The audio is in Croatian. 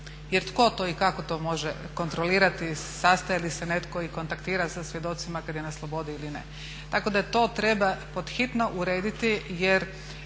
jer tko to i kako to može kontrolirati, sastaje li se netko i kontaktira sa svjedocima kada je na slobodi ili ne? Tako da to treba podhitno urediti jer